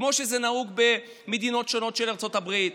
כמו שזה נהוג במדינות שונות של ארצות הברית,